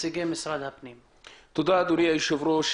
תודה אדוני היושב-ראש.